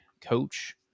coach